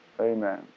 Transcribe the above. Amen